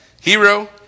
Hero